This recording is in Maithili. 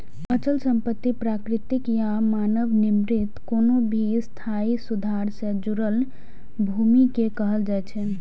अचल संपत्ति प्राकृतिक या मानव निर्मित कोनो भी स्थायी सुधार सं जुड़ल भूमि कें कहल जाइ छै